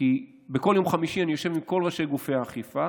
כי בכל יום חמישי אני יושב עם כל ראשי גופי האכיפה,